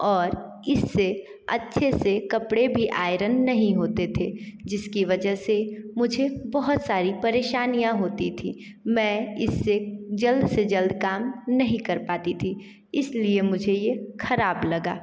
और इससे अच्छे से कपड़े भी आयरन नहीं होते थे जिसकी वजह से मुझे बहुत सारी परेशानियाँ होती थीं मैं इससे जल्द से जल्द काम नहीं कर पाती थी इसलिए मुझे ये खराब लगा